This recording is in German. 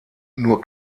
nur